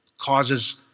causes